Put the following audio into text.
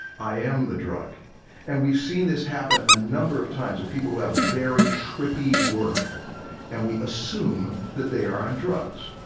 i am the drug and we've seen this happen a number of times with people who have very trippy work and we assume that they are on drugs.